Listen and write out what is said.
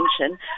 attention